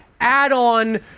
add-on